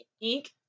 ink